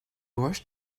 washed